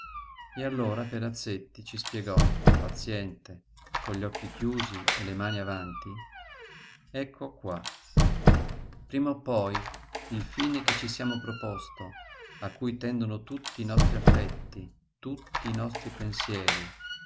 e allora perazzetti ci spiegò paziente con gli occhi chiusi e le mani avanti ecco qua prima o poi il fine che ci siamo proposto a cui tendono tutti i nostri affetti tutti i nostri pensieri